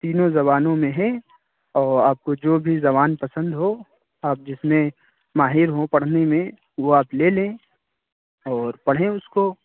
تینوں زبانوں میں ہے اور آپ کو جو بھی زبان پسند ہو آپ جس میں ماہر ہوں پڑھنے میں وہ آپ لے لیں اور پڑھیں اس کو